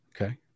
Okay